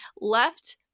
Left